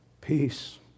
peace